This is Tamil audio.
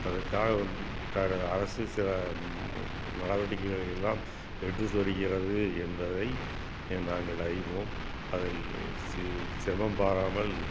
அதற்காக கா ர அரசு சில நடவடிக்கைகளை எல்லாம் எடுத்து வருகிறது என்பதை எ நாங்கள் அறிவோம் அதில் சி சிரமம் பாராமல்